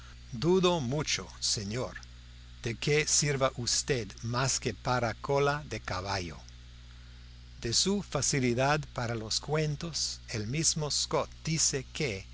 dudo mucho señor de que sirva ud más que para cola de caballo de su facilidad para los cuentos el mismo scott dice que